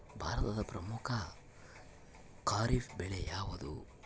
ಭಾರತದ ಪ್ರಮುಖ ಖಾರೇಫ್ ಬೆಳೆ ಯಾವುದು?